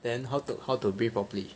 then how to how to breathe properly